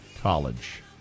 college